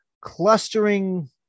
Clustering